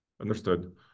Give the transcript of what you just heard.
Understood